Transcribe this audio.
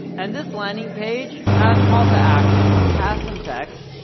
and this landing page has call to actions, has some text,